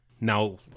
Now